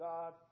God